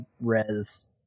res